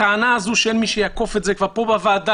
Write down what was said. הטענה שאין מי שיאכוף את זה פה בוועדה